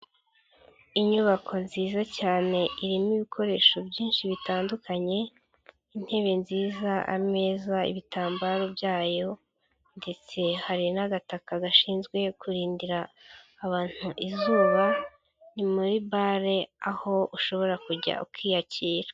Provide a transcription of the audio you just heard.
Inyubako nziza cyane irimo ibikoresho byinshi bitandukanye, intebe nziza, ameza, ibitambaro byayo ndetse hari n'agataka gashinzwe kurinda abantu izuba. Ni muri bale aho ushobora kujya ukiyakira.